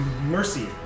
Mercy